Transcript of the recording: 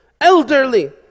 elderly